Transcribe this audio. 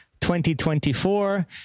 2024